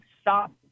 stop